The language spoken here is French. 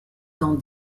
dans